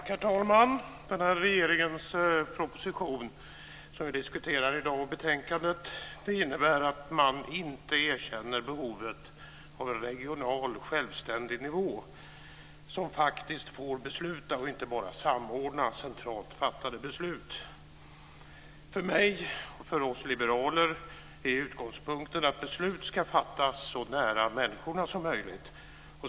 Herr talman! Den proposition från regeringen som vi i dag diskuterar och betänkandet innebär att man inte erkänner behovet av en regional självständig nivå som får besluta och inte bara samordna centralt fattade beslut. För mig och för oss liberaler är utgångspunkten att beslut ska fattas så nära människorna som möjligt.